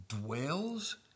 dwells